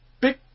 big